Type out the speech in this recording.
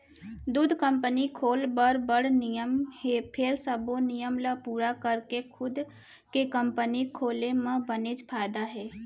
दूद कंपनी खोल बर बड़ नियम हे फेर सबो नियम ल पूरा करके खुद के कंपनी खोले म बनेच फायदा हे